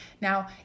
Now